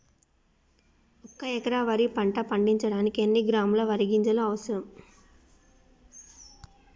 ఒక్క ఎకరా వరి పంట పండించడానికి ఎన్ని కిలోగ్రాముల వరి గింజలు అవసరం?